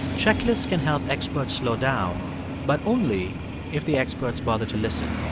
checklists can help experts slow down but only if the experts bother to listen.